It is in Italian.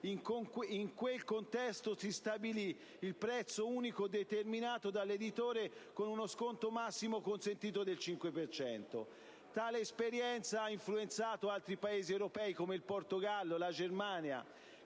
In quel contesto si stabilì il prezzo unico determinato dall'editore, con uno sconto massimo consentito del 5 per cento; tale esperienza ha influenzato altri Paesi europei come il Portogallo, la Germania,